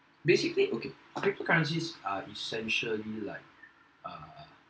basically okay cryptocurrencies are essentially like err